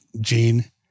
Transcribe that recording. Gene